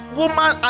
woman